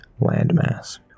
landmass